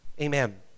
amen